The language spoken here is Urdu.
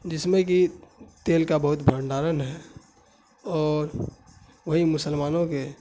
جس میں کہ تیل کا بہت بھنڈارن ہے اور وہیں مسلمانوں کے